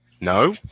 No